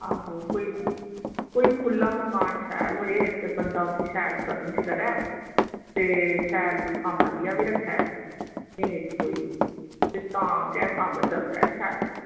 आहो कोई ते कोई खुल्ला मकान शैल होए ते बंदा उस्सी शैल फर्निशिंग करदा ते शैल कोई कम्म आह्लियां बी रक्खे ते तां गै कम्म चलदा ऐ शैल